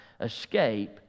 escape